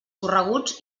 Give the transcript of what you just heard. correguts